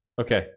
Okay